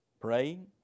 praying